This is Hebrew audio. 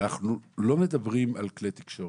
אנחנו לא מדברים על כלי תקשורת,